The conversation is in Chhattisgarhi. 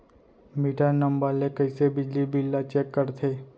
मीटर नंबर ले कइसे बिजली बिल ल चेक करथे?